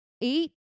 eat